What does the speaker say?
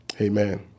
Amen